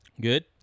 Good